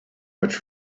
much